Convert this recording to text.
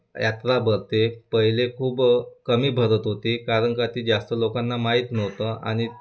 यात्रा भरते पहिले खूप कमी भरत होती कारण का ती जास्त लोकांना माहीत नव्हतं आणि